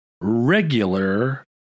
regular